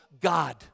God